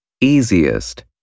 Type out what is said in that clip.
Easiest